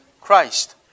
Christ